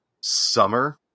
summer